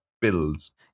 bills